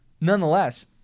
Nonetheless